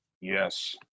Yes